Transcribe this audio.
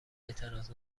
اعتراض